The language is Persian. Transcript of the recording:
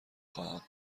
خواهم